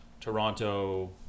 Toronto